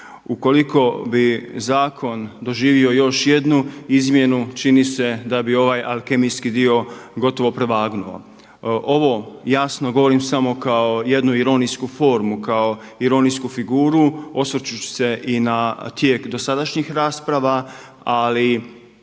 Ukoliko bi zakon doživio još jednu izmjenu, čini se da bi ovaj alkemijski dio gotovo prevagnuo. Ovo jasno govorim samo kao jednu ironijsku formu, kao ironijsku figuru osvrćući se i na tijek dosadašnjih rasprava ali